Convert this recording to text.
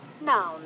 Noun